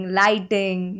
lighting